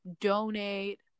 donate